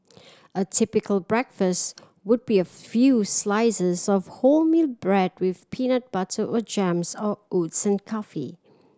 a typical breakfast would be a few slices of wholemeal bread with peanut butter or jams or oats and coffee